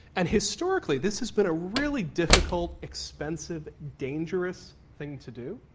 and historically this has been a really difficult, expensive, dangerous thing to do.